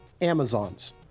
Amazons